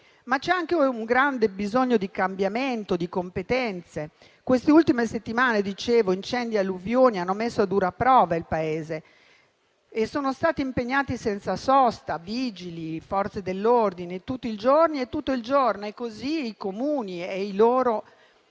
C'è anche un grande bisogno di cambiamento di competenze. Queste ultime settimane di incendi e alluvioni hanno messo a dura prova il Paese e sono stati impegnati senza sosta Vigili del fuoco e Forze dell'ordine, per tutto il giorno, e così i Comuni e i loro